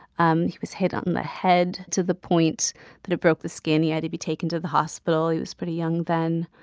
um he was hit on the head to the point that it broke the skin. he had to be taken to the hospital. he was pretty young then.